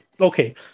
Okay